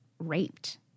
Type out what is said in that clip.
raped